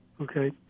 Okay